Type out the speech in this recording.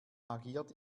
agiert